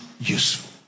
useful